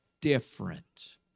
different